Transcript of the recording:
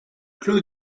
clos